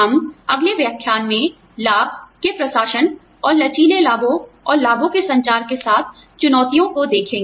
हम अगले व्याख्यान में लाभ के प्रशासन और लचीले लाभों और लाभों को संचार के साथ चुनौतियों को देखेंगे